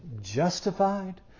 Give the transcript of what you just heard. justified